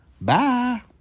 Bye